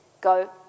go